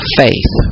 faith